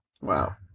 Wow